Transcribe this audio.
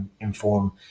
inform